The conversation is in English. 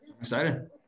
Excited